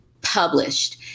published